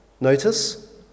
Notice